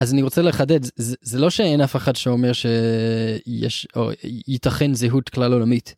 אז אני רוצה לחדד זה לא שאין אף אחד שאומר שיש או ייתכן זהות כלל עולמית.